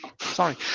sorry